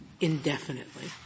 indefinitely